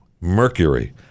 Mercury